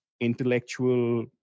intellectual